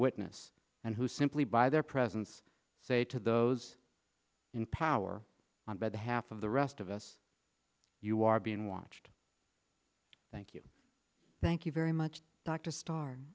witness and who simply by their presence say to those in power and by the half of the rest of us you are being watched thank you thank you very much dr star